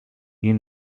you